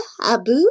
Abu